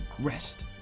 rest